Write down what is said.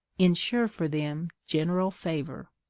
insure for them general favour.